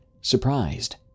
surprised